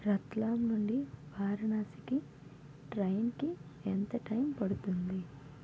రత్లాం నుండి వారణాసికి ట్రైన్కి ఎంత టైం పడుతుంది